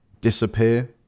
disappear